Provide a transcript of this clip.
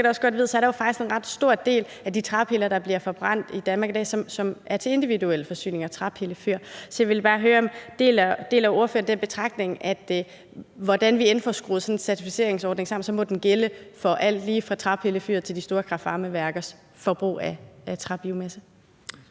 faktisk en ret stor del af de træpiller, der bliver forbrændt i Danmark i dag, som er til individuelle forsyninger – træpillefyr. Så jeg vil bare høre, om ordføreren deler den betragtning, at hvordan vi end får skruet sådan en certificeringsordning sammen, må den gælde for alt lige fra træpillefyr til de store kraft-varme-værkers forbrug af træbiomasse.